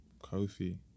Kofi